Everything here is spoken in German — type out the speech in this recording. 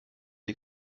die